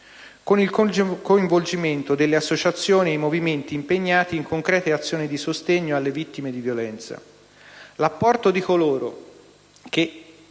con il coinvolgimento delle associazioni e i movimenti impegnati in concrete azioni di sostegno alle vittime di violenza. L'apporto di coloro che